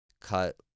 cut